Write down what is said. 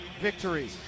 victory